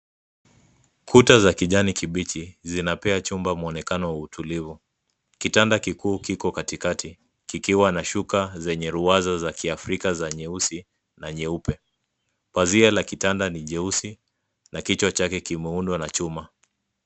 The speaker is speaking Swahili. Kuta za kijani kibichi zinapea chumba mwonekano wa utulivu. Kitanda kikuu kiko katikati kikiwa na shuka zenye ruwaza za Kiafrika za nyeusi na nyeupe. Pazia la kitanda ni jeusi na kichwa chake kimeundwa na chuma.